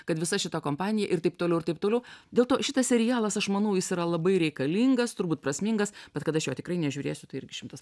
kad visa šita kompanija ir taip toliau ir taip toliau dėl to šitas serialas aš manau jis yra labai reikalingas turbūt prasmingas bet kad aš jo tikrai nežiūrėsiu tai irgi šimtas